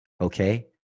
Okay